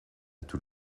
tous